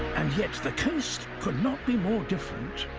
and yet the coast could not be more different.